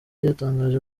yatangaje